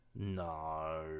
No